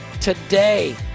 today